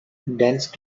dense